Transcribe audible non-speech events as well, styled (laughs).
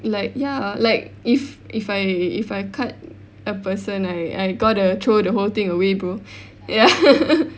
like ya like if if I if I cut a person I I got to throw the whole thing away bro ya (laughs)